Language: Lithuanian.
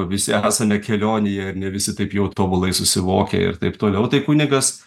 visi esame kelionėje ir ne visi taip jau tobulai susivokę ir taip toliau tai kunigas